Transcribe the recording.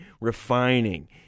refining